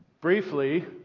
briefly